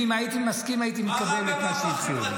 ואם הייתי מסכים הייתי מקבל את מה שהציעו לי.